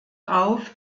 auf